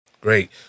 Great